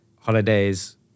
holidays